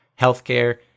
healthcare